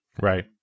Right